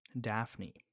Daphne